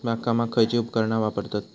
बागकामाक खयची उपकरणा वापरतत?